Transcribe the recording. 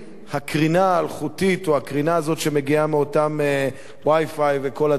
הקרינה האלחוטית או הקרינה הזאת שמגיעה מאותם Wi-Fi וכל הדברים האלה,